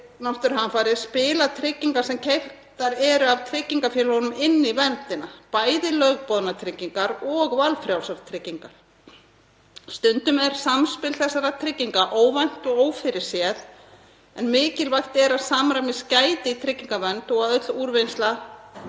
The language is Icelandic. náttúruhamfarir spila tryggingar sem keyptar eru af tryggingafélögunum inn í verndina, bæði lögboðnar tryggingar og valfrjálsar tryggingar. Stundum er samspil þessara trygginga óvænt og ófyrirséð en mikilvægt er að samræmis gæti í tryggingavernd og að öll úrvinnsla